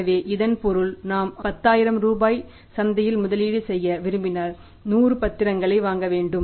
எனவே இதன் பொருள் நாம் 10000 ரூபாய் சந்தையில் முதலீடு செய்ய விரும்பினால் 100 பத்திரங்களை வாங்க வேண்டும்